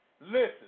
Listen